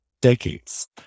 decades